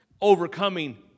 overcoming